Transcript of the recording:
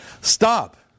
Stop